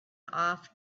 off